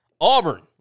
Auburn